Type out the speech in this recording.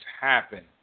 happen